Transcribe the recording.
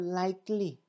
likely